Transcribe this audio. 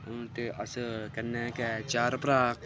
हू'न ते अस कन्नै गै चार भ्राऽ